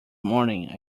morning